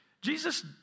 Jesus